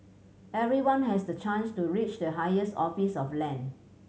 everyone has the chance to reach the highest office of land